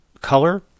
color